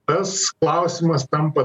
tas klausimas tampa